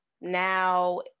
now